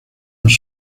los